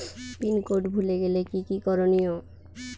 Pin code ভুলে গেলে কি কি করনিয়?